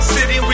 City